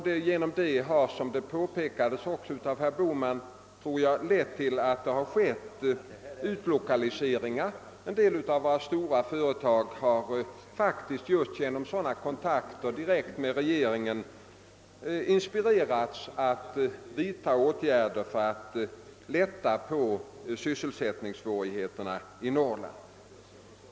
Detta har också — som herr Bohman påpekade — lett till utlokaliseringar; en del av våra stora företag har faktiskt just genom sådana direkta kontakter med regeringen inspirerats att vidta åtgärder för att lätta på sysselsättningssvårigheterna i Norrland.